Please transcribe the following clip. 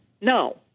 No